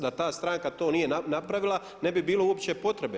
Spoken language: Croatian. Da ta stranka to nije napravila ne bi bilo uopće potrebe.